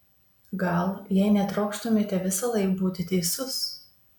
gal jei netrokštumėte visąlaik būti teisus